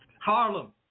Harlem